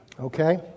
Okay